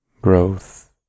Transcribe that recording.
growth